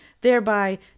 thereby